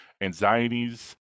anxieties